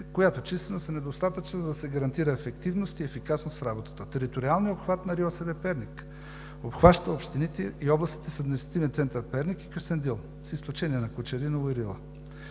която численост е недостатъчна, за да се гарантира ефективност и ефикасност в работата. Териториалният обхват на РИОСВ – Перник, обхваща общините и областите с административен център Перник и Кюстендил, с изключение на Кочериново и Рила.